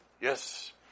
Yes